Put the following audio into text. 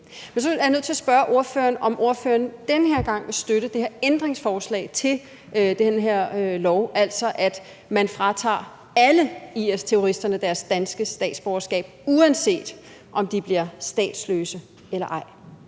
Men så er jeg nødt til at spørge ordføreren, om ordføreren den her gang vil støtte det her ændringsforslag til det her lovforslag om, at man fratager alle IS-terroristerne deres danske statsborgerskab, uanset om de bliver statsløse eller ej.